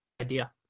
idea